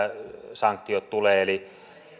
sanktiot tulee eli